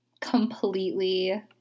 completely